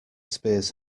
spears